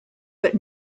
but